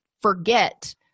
forget